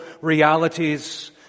realities